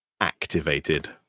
activated